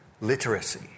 literacy